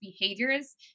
behaviors